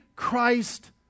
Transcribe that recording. Christ